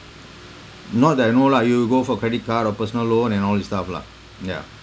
not that I know lah you go for credit card or personal loan and all these stuff lah yeah